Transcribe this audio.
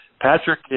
Patrick